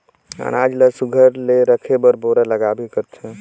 अनाज ल सुग्घर ले राखे बर बोरा लागबे करथे